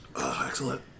Excellent